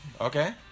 Okay